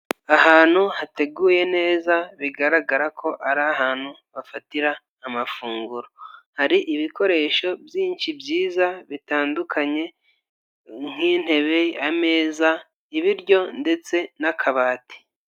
Ahantu hateguye neza bigaragara ko ari ahantu bafatira amafunguro, hari ibikoresho byinshi byiza bitandukanye nk'intebe, ameza, ibiryo ndetse n'akabati.